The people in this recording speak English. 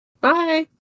Bye